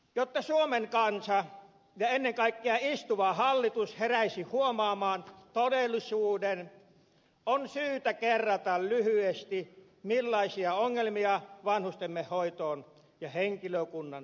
jotta suomen kansa ja ennen kaikkea istuva hallitus heräisi huomaamaan todellisuuden on syytä kerrata lyhyesti millaisia ongelmia vanhustemme hoitoon ja henkilökunnan työhön liittyy